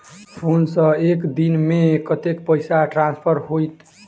Phone सँ एक दिनमे कतेक पाई ट्रान्सफर होइत?